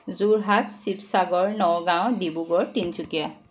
Jorhat Sivasagar Nagaon Dibrugarh Tinsukia